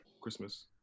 Christmas